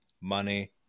money